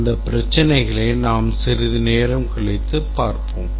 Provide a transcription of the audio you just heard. அந்த பிரச்சினைகளை நாம் சிறிது நேரம் கழித்து பார்ப்போம்